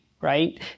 right